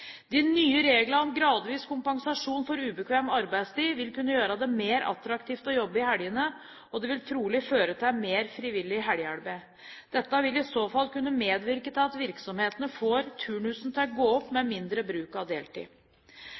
De nye reglene om gradvis kompensasjon for ubekvem arbeidstid, vil kunne gjøre det mer attraktivt å jobbe i helgene, og det vil trolig føre til mer frivillig helgearbeid. Dette vil i så fall kunne medvirke til at virksomhetene får turnusen til å gå opp med mindre bruk av deltid.